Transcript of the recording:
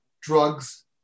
drugs